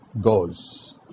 goes